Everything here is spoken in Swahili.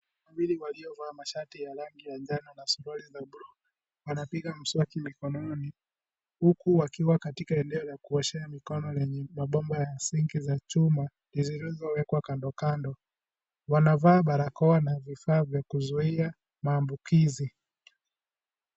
Wawili waliovaa mashati ya rangi ya njano na suruari ya buluu wanapiga mswaki mkononi huku wakiwa katika eneo la kuoshea mikono lenye mabomba ya sinki ya chuma zilizowekwa kandokando wanavaa barakoa na vifaa vya kuzia maambukizi.